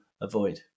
avoid